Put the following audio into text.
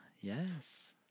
Yes